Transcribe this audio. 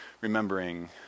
remembering